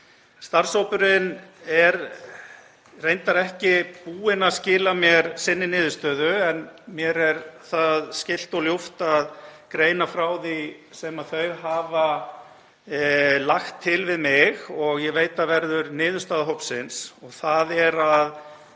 Starfshópurinn er reyndar ekki búinn að skila mér sinni niðurstöðu en mér er ljúft og skylt að greina frá því sem þau hafa lagt til við mig og ég veit að verður niðurstaða hópsins, en það er að